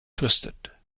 twisted